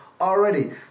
already